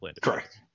Correct